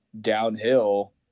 downhill